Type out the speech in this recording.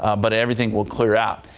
but everything will clear out.